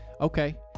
Okay